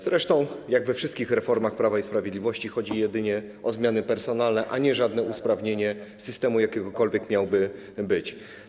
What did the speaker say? Zresztą jak we wszystkich reformach Prawa i Sprawiedliwości chodzi jedynie o zmiany personalne, a nie o żadne usprawnienie systemu, jakikolwiek miałby być.